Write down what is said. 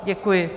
Děkuji.